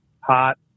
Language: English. hot